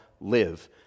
live